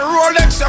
Rolex